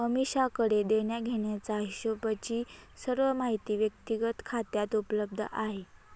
अमीषाकडे देण्याघेण्याचा हिशोबची सर्व माहिती व्यक्तिगत खात्यात उपलब्ध आहे